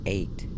Eight